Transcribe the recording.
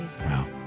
Wow